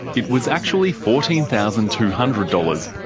it was actually fourteen thousand two hundred dollars,